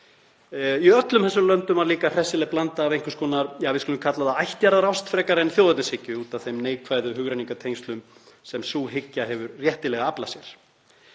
Í öllum þessum löndum var líka hressileg blanda af einhvers konar, ja, við skulum kalla það ættjarðarást frekar en þjóðernishyggju út af þeim neikvæðu hugrenningatengslum sem sú hyggja hefur réttilega aflað sér.